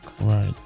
Right